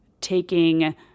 taking